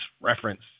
reference